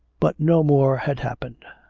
but no more had happened.